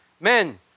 Men